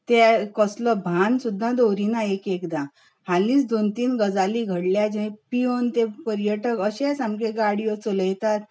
ते कसलोच भान सुद्दां दवरीनात एक एकदां हालींच दोन तीन गजाली घडल्यात जे पिवून ते पर्यटक अशे सामके गाडयो चलयतात